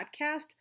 podcast